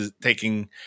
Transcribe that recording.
taking